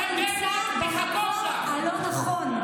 אתה נמצא במקום הלא-נכון.